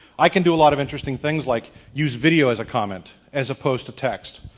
i can do a lot of interesting things like use video as a comment as opposed to text.